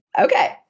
Okay